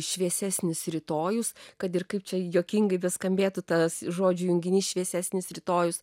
šviesesnis rytojus kad ir kaip čia juokingai beskambėtų tas žodžių junginys šviesesnis rytojus